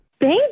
Thank